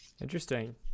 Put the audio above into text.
interesting